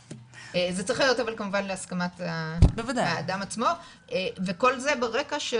זה צריך להיות כמובן אבל להסכמת האדם עצמו וכל זה ברקע,